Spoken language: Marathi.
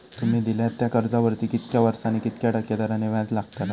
तुमि दिल्यात त्या कर्जावरती कितक्या वर्सानी कितक्या टक्के दराने व्याज लागतला?